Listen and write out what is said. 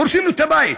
הורסים לו את הבית,